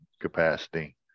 capacity